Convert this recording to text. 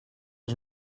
als